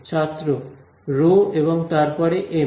ছাত্র রোহ এবং তারপরে এম